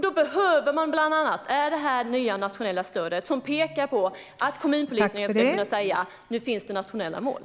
Då behöver man bland annat det här nya nationella stödet, som innebär att kommunpolitikerna kan säga: Nu finns det nationella mål.